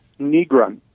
Negron